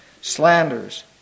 Slanders